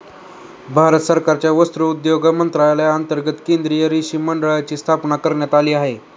भारत सरकारच्या वस्त्रोद्योग मंत्रालयांतर्गत केंद्रीय रेशीम मंडळाची स्थापना करण्यात आली आहे